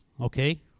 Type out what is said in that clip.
okay